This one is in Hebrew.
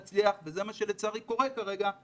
וזה מה שלצערי קורה כרגע,